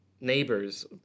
neighbors